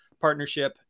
partnership